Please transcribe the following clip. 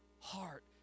heart